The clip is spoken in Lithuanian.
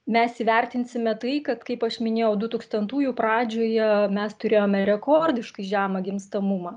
mes įvertinsime tai kad kaip aš minėjau du tūkstantųjų pradžioje mes turėjome rekordiškai žemą gimstamumą